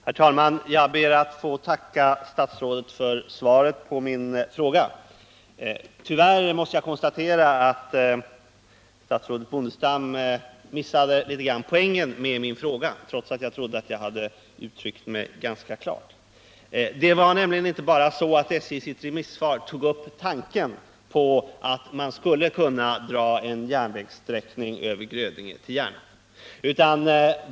Herr talman! Jag ber att få tacka statsrådet för svaret på min fråga. Tyvärr måste jag konstatera att statsrådet Bondestam missade poängen med min fråga, trots att jag trodde att jag hade uttryckt mig ganska klart. Det var nämligen inte bara så att statens järnvägar i sitt remissvar tog upp tanken på att man skulle kunna dra en järnvägssträckning över Grödinge till Järna.